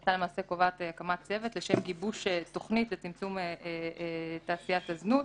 ההחלטה למעשה קובעת הקמת צוות לשם גיבוש תוכנית לצמצום תעשיית הזנות,